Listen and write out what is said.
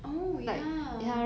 oh ya